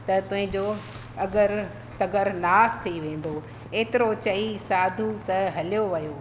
त तुंहिंजो अगरि अगरि नास थी वेंदो एतिरो चई साधु त हलियो वियो